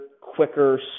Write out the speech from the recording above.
quicker